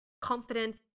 confident